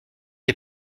est